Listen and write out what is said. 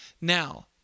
Now